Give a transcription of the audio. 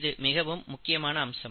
இது மிகவும் முக்கியமான அம்சம்